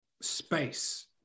space